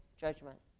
judgment